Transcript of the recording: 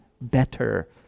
better